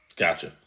gotcha